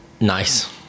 nice